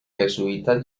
jesuitas